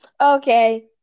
Okay